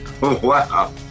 wow